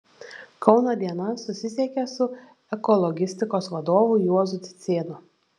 kauno diena susisiekė su ekologistikos vadovu juozu cicėnu